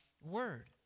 word